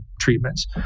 treatments